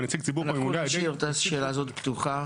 נשאיר את השאלה הזאת פתוחה.